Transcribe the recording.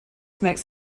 makes